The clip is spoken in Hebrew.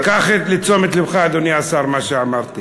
וקח לתשומת לבך, אדוני השר, מה שאמרתי.